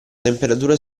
temperatura